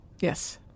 Yes